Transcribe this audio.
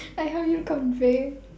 I help you convey